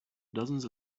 dozens